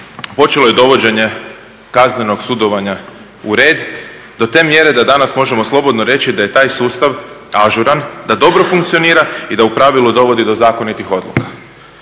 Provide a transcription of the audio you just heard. počelo je dovođenje kaznenog sudovanja u red do te mjere da danas možemo slobodno reći da je taj sustav ažuran, da dobro funkcionira i da u pravilu dovodi do zakonitih odluka.